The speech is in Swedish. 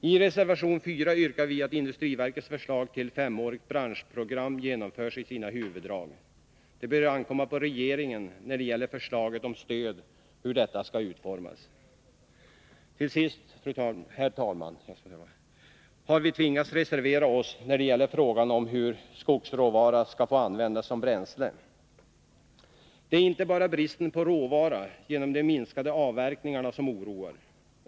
I reservation 4 yrkar vi att industriverkets förslag till ett femårigt branschprogram genomförs i sina huvuddrag. När det gäller förslaget om stöd bör det ankomma på regeringen att avgöra hur detta skall utformas. Slutligen har vi, herr talman, tvingats reservera oss när det gäller frågan om hur skogsråvara skall få användas som bränsle. Det är inte bara bristen på råvara genom de minskade avverkningarna som oroar.